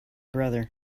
brother